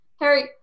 Harry